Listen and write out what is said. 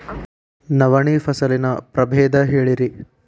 ನವಣಿ ಫಸಲಿನ ಪ್ರಭೇದ ಹೇಳಿರಿ